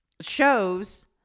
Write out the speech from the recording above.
shows